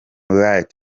light